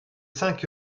cinq